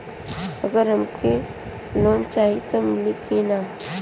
अगर हमके लोन चाही त मिली की ना?